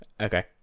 Okay